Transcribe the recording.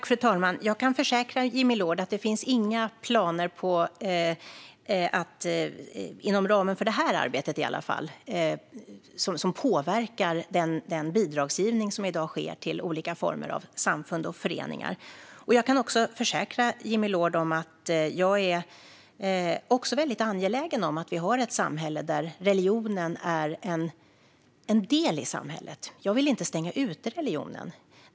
Fru talman! Jag kan försäkra Jimmy Loord att det inte finns några planer på att göra något - i alla fall inte inom ramen för detta arbete - som påverkar den bidragsgivning som i dag sker till olika former av samfund och föreningar. Jag kan även försäkra Jimmy Loord att också jag är angelägen om att vi har ett samhälle där religionen är en del i samhället. Jag vill inte stänga ute religionen.